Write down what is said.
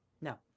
no